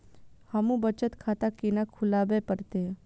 हमू बचत खाता केना खुलाबे परतें?